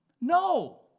No